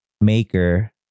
maker